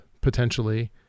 potentially